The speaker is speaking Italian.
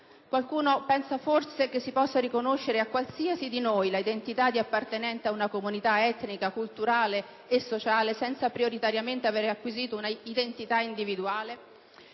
Qualcuno pensa forse che si possa riconoscere a qualsiasi di noi l'identità di appartenente ad una comunità, etnica, culturale e sociale senza prioritariamente aver acquisito una identità individuale?